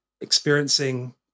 experiencing